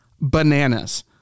Bananas